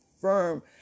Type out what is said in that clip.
firm